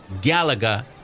Galaga